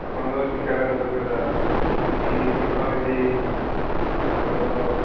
ଆପଣଙ୍କର ଶିକ୍ଷାଗତ ଯୋଗ୍ୟତା କି ଭୋଟର୍ ଆଇ ଡି ଆପଣଙ୍କର